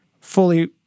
fully